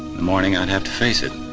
morning i'd have to face it.